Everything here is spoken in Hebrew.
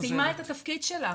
סיימה את התפקיד שלה